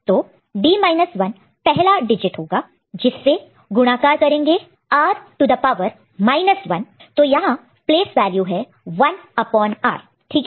तो d 1 पहला digit होगा जिसे गुणाकारमल्टीप्लाई multiply करेंगे r टू द पावर 1 तो यहां प्लेस वैल्यू है 1 upon r ठीक है